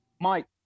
Mike